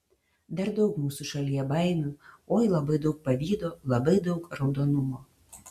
dar daug mūsų šalyje baimių oi labai daug pavydo labai daug raudonumo